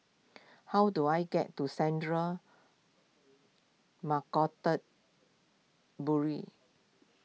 how do I get to Central Narcotics Bureau